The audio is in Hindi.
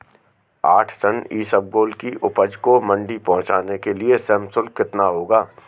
आठ टन इसबगोल की उपज को मंडी पहुंचाने के लिए श्रम शुल्क कितना होगा?